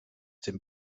dem